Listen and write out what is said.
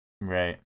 Right